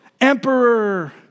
emperor